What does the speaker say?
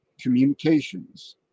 communications